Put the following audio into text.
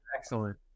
Excellent